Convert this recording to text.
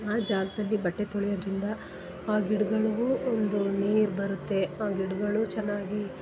ಆ ಜಾಗದಲ್ಲಿ ಬಟ್ಟೆ ತೊಳಿಯೋದರಿಂದ ಆ ಗಿಡ್ಗಳಿಗೂ ಒಂದು ನೀರು ಬರುತ್ತೆ ಆ ಗಿಡಗಳು ಚೆನ್ನಾಗಿ